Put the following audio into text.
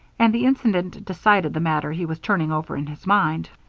and the incident decided the matter he was turning over in his mind.